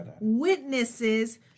witnesses